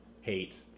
hate